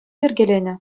йӗркеленӗ